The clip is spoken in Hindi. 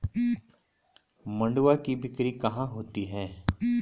मंडुआ की बिक्री कहाँ होती है?